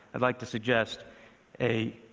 i'd like to suggest a